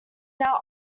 now